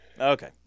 Okay